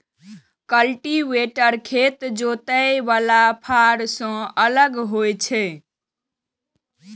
cultivator खेत जोतय बला फाड़ सं अलग होइ छै